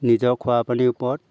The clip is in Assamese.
নিজৰ খোৱাপানীৰ ওপৰত